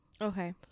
Okay